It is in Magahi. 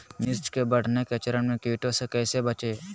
मिर्च के बढ़ने के चरण में कीटों से कैसे बचये?